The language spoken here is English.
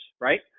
right